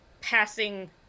passing